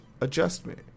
adjustment